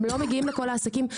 ולא מגיעים לכל העסקים.